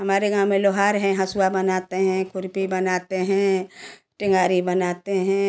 हमारे गाँव में लोहार है हँसुआ बनाते हैं खुरपी बनाते हैं टेंगारी बनाते हैं